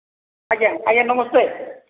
ଆଜ୍ଞା ଆଜ୍ଞା ଆଜ୍ଞା ନମସ୍ତେ